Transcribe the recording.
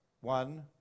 one